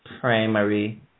primary